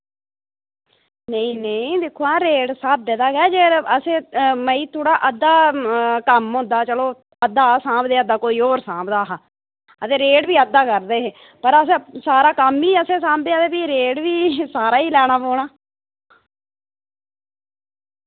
नेईं नेईं दिक्खो हां रेट स्हाबे दा गै जे असें मई थोह्ड़ा अद्धा कम्म होंदा चलो अद्धा अस साम्भदे अद्धा कोई होर साम्भ दा हा हां ते रेट बी अद्धा करदे हे पर अस सारा कम्म ही असैं साम्भेआ ते फ्ही रेट बी सारा ही लैना पौना